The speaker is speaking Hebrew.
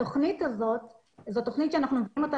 התוכנית הזאת היא תוכנית שאנחנו מביאים אותה